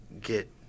get